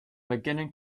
beginning